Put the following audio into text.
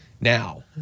now